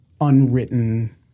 unwritten